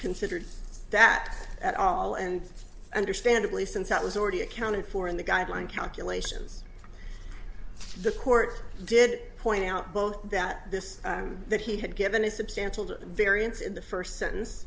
considered that at all and understandably since that was already accounted for in the guideline calculations the court did point out both that this that he had given a substantial variance in the first sentence